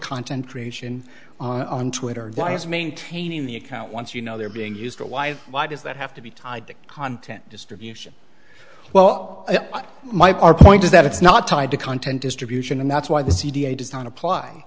content creation on twitter why is maintaining the account once you know they're being used or why why does that have to be tied to content distribution well my point is that it's not tied to content distribution and that's why the c d i does not apply